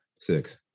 Six